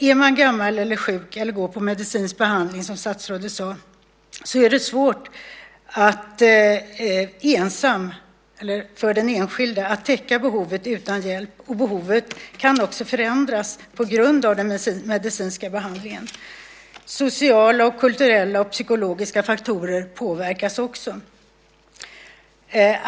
Är man gammal, sjuk eller går på medicinsk behandling, som statsrådet sade, är det svårt för den enskilde att täcka behovet utan hjälp. Behovet kan också förändras på grund av den medicinska behandlingen. Sociala, kulturella och psykologiska faktorer påverkar också.